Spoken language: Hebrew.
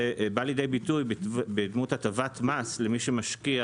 זה בא לידי ביטוי בדמות הטבת מס למי שמשקיע